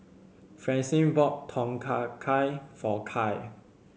Francine bought Tom Kha Gai for Kai